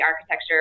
architecture